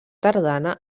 tardana